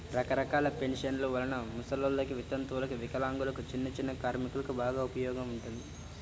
రకరకాల పెన్షన్ల వలన ముసలోల్లకి, వితంతువులకు, వికలాంగులకు, చిన్నచిన్న కార్మికులకు బాగా ఉపయోగం ఉంటుంది